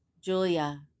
Julia